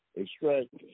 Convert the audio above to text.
extract